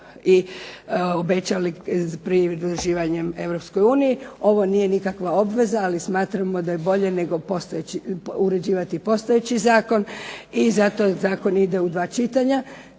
obećali prije pridruživanja Europskoj uniji, ovo nije nikakva obveza, ali smatramo da je bolje nego uređivati postojeći Zakon, i zato Zakon ide u dva čitanja.